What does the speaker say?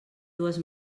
dues